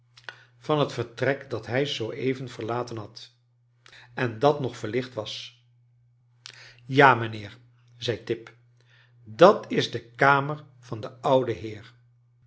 van het vertrek dat hij zoo even verlaten had en dat nog verlicht was ja mijncharles dickens heer zei tip dat is de kamer van den ouden heer